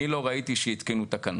אני לא ראיתי שהתקינו תקנות.